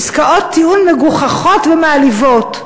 עסקאות טיעון מגוחכות ומעליבות.